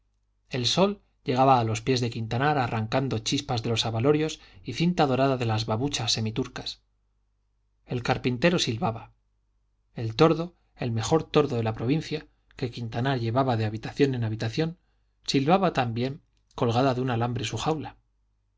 el sol llegaba a los pies de quintanar arrancando chispas de los abalorios y cinta dorada de las babuchas semi turcas el carpintero silbaba el tordo el mejor tordo de la provincia que quintanar llevaba de habitación en habitación silbaba también colgada de un alambre su jaula